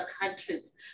countries